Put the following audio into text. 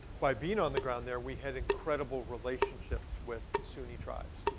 by being on the ground there. we had incredible relationships with sunni tribes.